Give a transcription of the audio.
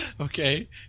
Okay